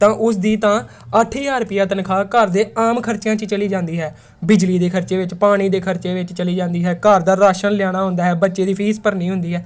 ਤਾਂ ਉਸ ਦੀ ਤਾਂ ਅੱਠ ਹਜ਼ਾਰ ਰੁਪਿਆ ਤਨਖਾਹ ਘਰ ਦੇ ਆਮ ਖਰਚਿਆਂ 'ਚ ਚਲੀ ਜਾਂਦੀ ਹੈ ਬਿਜਲੀ ਦੇ ਖਰਚੇ ਵਿੱਚ ਪਾਣੀ ਦੇ ਖਰਚੇ ਵਿੱਚ ਚਲੀ ਜਾਂਦੀ ਹੈ ਘਰ ਦਾ ਰਾਸ਼ਨ ਲਿਆਉਣਾ ਹੁੰਦਾ ਹੈ ਬੱਚੇ ਦੀ ਫੀਸ ਭਰਨੀ ਹੁੰਦੀ ਹੈ